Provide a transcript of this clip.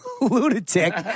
lunatic